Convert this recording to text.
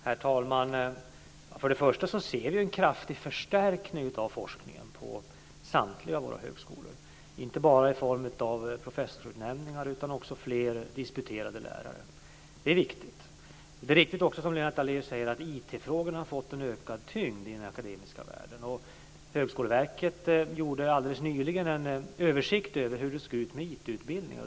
Herr talman! Först och främst ser vi en kraftig förstärkning av forskningen på samtliga våra högskolor, inte bara i form av professorsutnämningar utan också i form av fler disputerade lärare. Det är riktigt. Det är också riktigt, som Lennart Daléus säger, att IT-frågorna har fått en ökad tyngd i den akademiska världen. Högskoleverket gjorde alldeles nyligen en översikt över hur det såg ut med IT utbildningar.